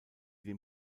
dem